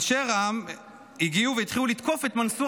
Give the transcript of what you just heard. אנשי רע"מ הגיעו והתחילו לתקוף את מנסור